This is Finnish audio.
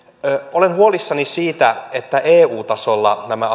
olen huolissani siitä että eu tasolla nämä